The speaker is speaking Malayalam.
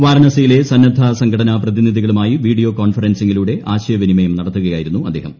വാരണസിയിലെ സ്ന്ന്ബ് സംഘടനാ പ്രതിനിധികളുമായി വീഡിയോ കോൺഫ്റൻസിംഗിലൂടെ ആശയവിനിമയം നടത്തുകയായിരുന്നു അദ്ദേഹം